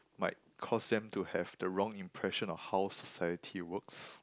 might cause them to have the wrong impression of how society works